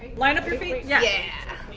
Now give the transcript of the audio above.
line up your feet. yeah.